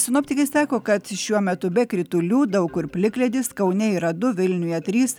sinoptikai sako kad šiuo metu be kritulių daug kur plikledis kaune yra du vilniuje trys